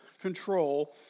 control